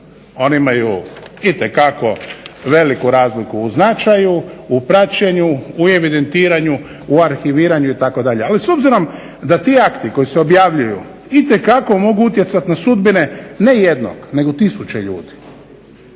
One imaju itekako veliku razliku u značaju, u praćenju, u evidentiranju, u arhiviranju itd. Ali s obzirom da ti akti koji se objavljuju itekako mogu utjecati na sudbine ne jednog nego tisuće ljudi.